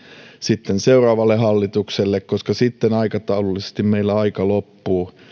sitten seuraavalle hallitukselle koska sitten aikataulullisesti meillä aika loppuu